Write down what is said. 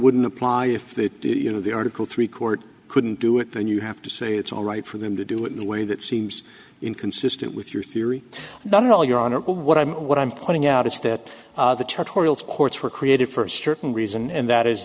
wouldn't apply if the you know the article three court couldn't do it then you have to say it's all right for them to do it in a way that seems inconsistent with your theory that all your honor what i'm what i'm pointing out is that the courts were created for a certain reason and that is